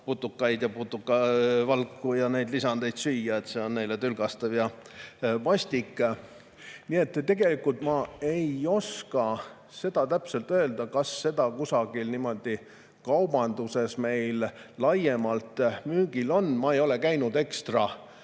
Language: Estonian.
putukaid, putukavalku ja neid lisandeid süüa, sest see on neile tülgastav ja vastik. Tegelikult ma ei oska täpselt öelda, kas need on meil kaubanduses laiemalt müügil. Ma ei ole käinud ekstra